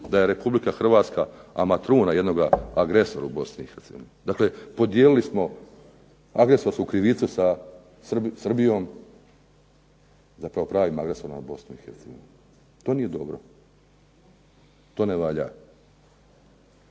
da je Republika Hrvatska ama truna jednoga agresor u Bosni i Hercegovini? Dakle podijelili smo agresorsku krivicu sa Srbijom, zapravo pravim agresorom na Bosnu i Hercegovinu. To nije dobro, to ne valja.